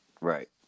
right